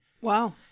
Wow